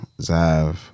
Zav